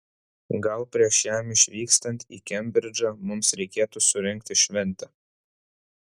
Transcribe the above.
gal prieš jam išvykstant į kembridžą mums reikėtų surengti šventę